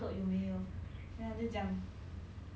他一直给我远远的地方